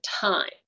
time